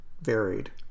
varied